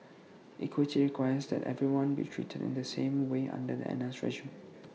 equity requires that everyone be treated in the same way under the N S regime